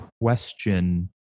question